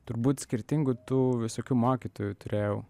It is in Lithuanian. turbūt skirtingų tų visokių mokytojų turėjau